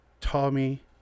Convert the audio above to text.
Tommy